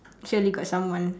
surely got someone